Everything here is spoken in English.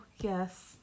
yes